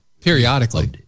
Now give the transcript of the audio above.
Periodically